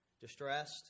distressed